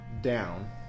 down